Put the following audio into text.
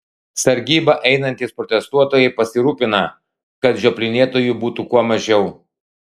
sargybą einantys protestuotojai pasirūpina kad žioplinėtojų būtų kuo mažiau